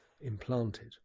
implanted